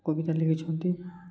କବିତା ଲେଖିଛନ୍ତି